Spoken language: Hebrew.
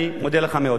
אני מודה לך מאוד.